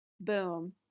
Boom